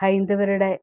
ഹൈന്ദവരുടെ